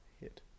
hit